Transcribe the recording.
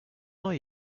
are